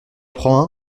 prend